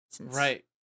Right